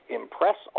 impress